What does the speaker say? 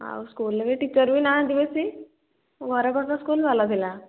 ଆଉ ସ୍କୁଲ୍ରେ ବି ଟିଚର୍ ବି ନାହାନ୍ତି ବେଶୀ ଘରପାଖ ସ୍କୁଲ୍ ଭଲ ଥିଲା